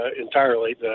entirely